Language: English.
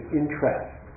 interest